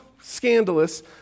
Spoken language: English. scandalous